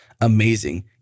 amazing